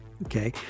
Okay